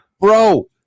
bro